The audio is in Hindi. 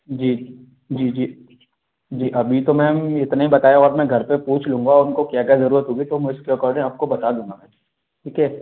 जी जी जी जी अभी तो मैम इतना ही बताया और मैं घर पे पूछ लूँगा उनको क्या क्या ज़रूरत होगी तो मैं उसके अकोडिंग आपको बता दूँगा मैं ठीक है